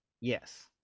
yes